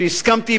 והסכמתי,